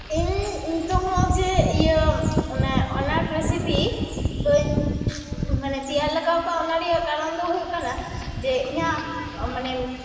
ᱤᱧ ᱱᱤᱛᱚᱜᱦᱚᱸ ᱡᱮ ᱤᱭᱟᱹ ᱚᱱᱟ ᱚᱱᱟᱴ ᱨᱮᱥᱤᱯᱤ ᱵᱟᱹᱧ ᱢᱟᱱᱮ ᱛᱮᱭᱟᱨ ᱞᱮᱜᱟᱣᱟᱠᱟᱫᱼᱟ ᱚᱱᱟ ᱨᱮᱭᱟᱜ ᱠᱟᱨᱚᱱ ᱫᱚ ᱦᱩᱭᱩᱜ ᱠᱟᱱᱟ ᱡᱮ ᱤᱧᱟᱹᱜ ᱢᱟᱱᱮ